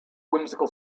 whimsical